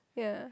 yeah